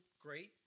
great